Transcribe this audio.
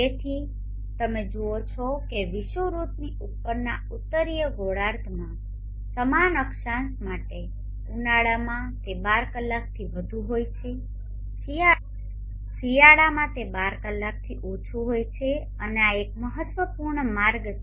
તેથી તેથી તમે જુઓ છો કે વિષુવવૃત્તની ઉપરના ઉત્તરીય ગોળાર્ધમાં સમાન અક્ષાંશ માટે ઉનાળામાં તે 12 કલાકથી વધુ હોય છે શિયાળામાં તે 12 કલાકથી ઓછું હોય છે અને આ એક મહત્વપૂર્ણ માર્ગ છે